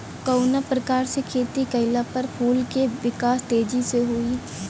कवना प्रकार से खेती कइला पर फूल के विकास तेजी से होयी?